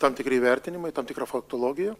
tam tikri vertinimai tam tikra faktologija